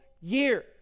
year